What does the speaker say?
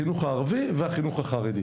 החינוך הערבי והחינוך הערבי.